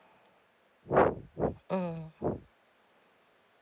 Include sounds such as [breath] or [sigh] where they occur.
[breath] [breath] mm [breath]